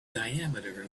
diameter